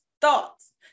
thoughts